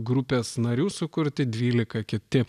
grupės narių sukurti dvylika kiti